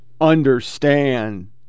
understand